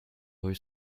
rue